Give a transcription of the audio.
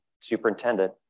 superintendent